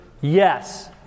Yes